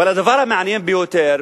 אבל הדבר המעניין ביותר,